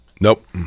Nope